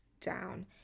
down